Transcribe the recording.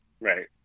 Right